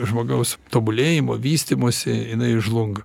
žmogaus tobulėjimo vystymosi jinai žlunga